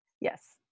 Yes